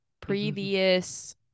previous